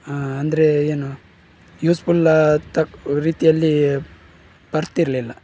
ಅಂದರೆ ಏನು ಯೂಸ್ಫುಲ್ಲ್ ತಕ್ಕ ರೀತಿಯಲ್ಲಿ ಬರ್ತಿತಿರಲಿಲ್ಲ